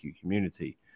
community